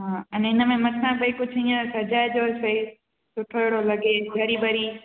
हा अने हिनमें मथा भई कुझु हीअं सजाइजोसि सुठो अहिड़ो लॻे हरी भरी